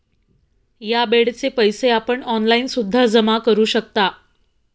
या बेडचे पैसे आपण ऑनलाईन सुद्धा जमा करू शकता